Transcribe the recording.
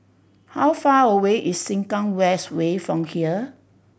how far away is Sengkang West Way from here